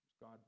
God